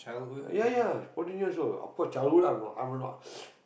ya ya fourteen years old of course childhood I'm you know I'm